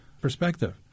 perspective